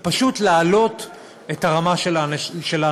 ופשוט להעלות את הרמה של האנשים,